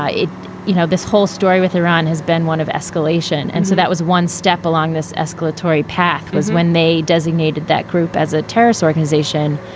ah you know, this whole story with iran has been one of escalation. and so that was one step along this escalatory path, was when they designated that group as a terrorist organization,